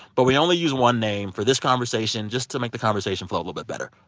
but we only use one name for this conversation just to make the conversation flow a little bit better.